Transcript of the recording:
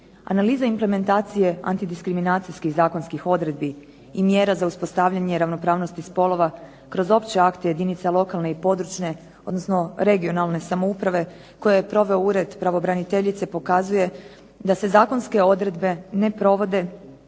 Analiza implementacija antidiskriminacijskih zakonskih odredbi i mjera za uspostavljanje ravnopravnosti spolova kroz opće akte jedinica lokalne i područne odnosno regionalne samouprave koje je proveo Ured pravobraniteljice pokazuje da se zakonske odredbe ne provode,